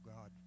God